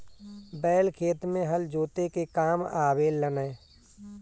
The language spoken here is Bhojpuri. बैल खेत में हल जोते के काम आवे लनअ